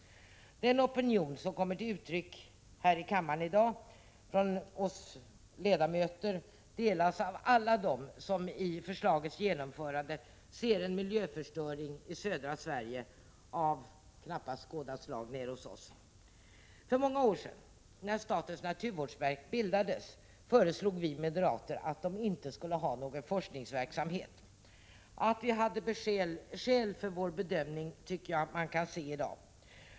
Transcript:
Den opinion som kommer till uttryck här i kammaren i dag genom oss ledamöter delas av alla dem som i förslagets genomförande ser en miljöförstöring i södra Sverige av knappast skådat slag. För många år sedan — det var när statens naturvårdsverk bildades — föreslog vi moderater att verket inte skulle bedriva någon forskning. Att det fanns skäl för en sådan bedömning tycker jag att man kan se i dag.